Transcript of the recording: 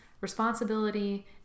responsibility